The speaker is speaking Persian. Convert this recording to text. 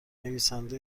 نویسنده